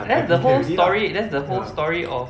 that's the whole story that's the whole story of